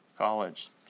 College